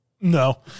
no